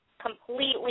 completely